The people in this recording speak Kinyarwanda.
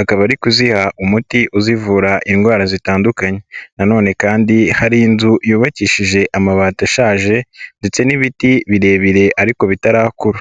akaba ari kuziha umuti uzivura indwara zitandukanye. Nanone kandi hari inzu yubakishije amabati ashaje ndetse n'ibiti birebire ariko bitarakura.